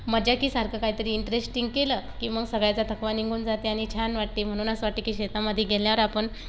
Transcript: मजा की सारखं कायतरी इंटरेस्टींग केलं की मग सगळ्याचा थकवा निघून जाते आणि छान वाटते म्हणून असं वाटते की शेतामध्ये गेल्यावर आपण